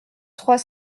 trois